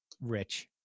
rich